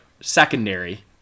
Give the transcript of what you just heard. secondary